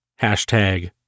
Hashtag